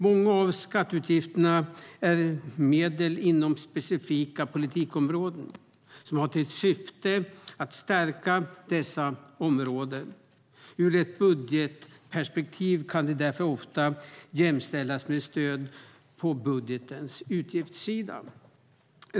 Många av skatteutgifterna är medel inom specifika politikområden som har till syfte att stärka dessa områden. Ur ett budgetperspektiv kan de därför ofta jämställas med stöd på budgetens utgiftssida.